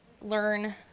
learn